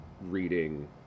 reading